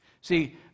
See